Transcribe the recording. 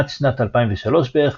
עד שנת 2003 בערך,